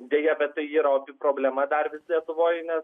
deja bet tai yra opi problema dar vis lietuvoj nes